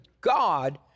God